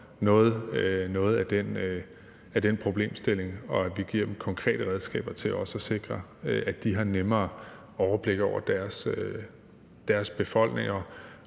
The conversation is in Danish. give dem den mulighed – og at vi giver dem konkrete redskaber til også at sikre, at de nemmere kan få et overblik over deres befolkninger